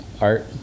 art